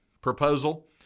proposal